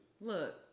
Look